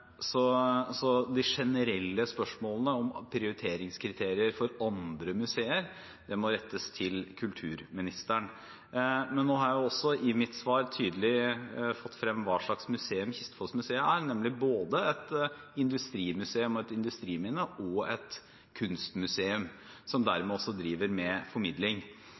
Så de generelle spørsmålene om prioriteringskriterier for andre museer må rettes til kulturministeren. Nå har jeg i mitt svar fått tydelig frem hva slags museum Kistefos-Museet er, både et industrimuseum, et industriminne og et kunstmuseum, som dermed også driver med formidling.